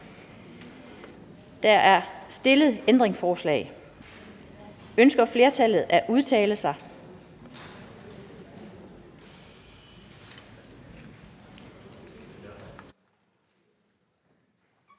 Der er ikke stillet ændringsforslag. Ønsker nogen at udtale sig?